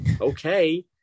Okay